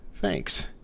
Thanks